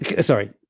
sorry